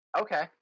Okay